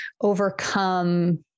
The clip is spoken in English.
overcome